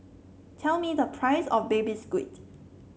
tell me the price of Baby Squid